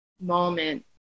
moment